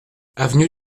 avenue